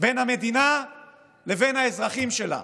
בין המדינה לבין האזרחים שלה.